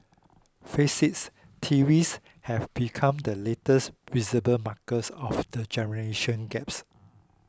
face is TVs have become the latest visible markers of the generation gaps